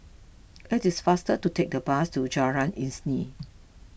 it is faster to take the bus to Jalan Isnin